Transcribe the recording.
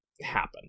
happen